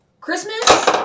christmas